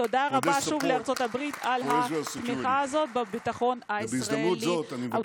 תודה רבה לארצות הברית על התמיכה הזאת בביטחון הישראלי.) בהזדמנות זאת,